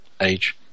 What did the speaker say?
age